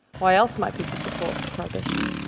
why else might people support prohibition?